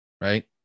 right